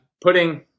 putting